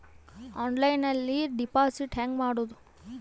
ಆನ್ಲೈನ್ನಲ್ಲಿ ಡೆಪಾಜಿಟ್ ಹೆಂಗ್ ಮಾಡುದು?